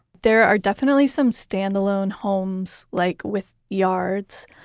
there are definitely some standalone homes like with yards,